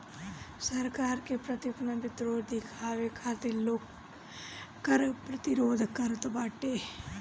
सरकार के प्रति आपन विद्रोह दिखावे खातिर लोग कर प्रतिरोध करत बाटे